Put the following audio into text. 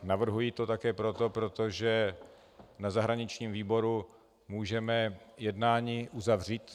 Navrhuji to také proto, že na zahraničním výboru můžeme jednání uzavřít.